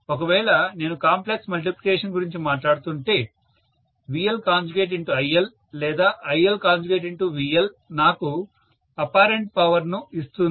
ఒకవేళ నేను complex multiplication గురించి మాట్లాడుతుంటే VLIL లేదా ILVL నాకు అపారెంట్ పవర్ను ఇస్తుంది